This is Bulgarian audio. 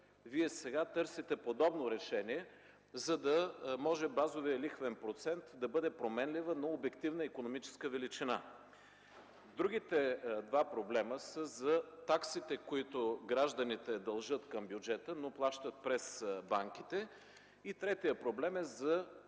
Сега търсите подобно решение, за да може базовият лихвен процент да бъде променлива, но обективна икономическа величина. Другият проблем е за таксите, които гражданите дължат към бюджета, но плащат през банките. Третият проблем е за